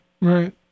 Right